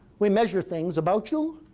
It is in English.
we measure things about you.